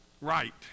right